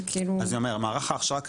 אז אני אומר מערך ההכשרה,